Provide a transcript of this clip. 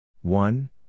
one